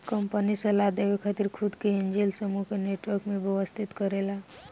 company सलाह देवे खातिर खुद के एंजेल समूह के नेटवर्क में व्यवस्थित करेला